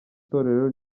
itorero